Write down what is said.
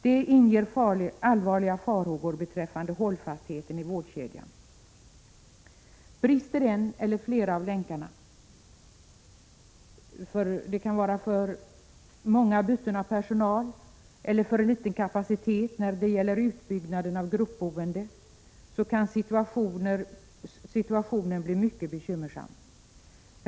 Det inger allvarliga farhågor beträffande hållfastheten i vårdkedjan. Brister en eller flera av länkarna — det kan vara för många byten av personal eller för liten kapacitet när det gäller utbyggnaden av gruppboendet — kan situationen bli mycket bekymmersam.